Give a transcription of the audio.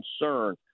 concern